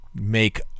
make